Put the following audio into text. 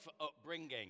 upbringing